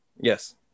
Yes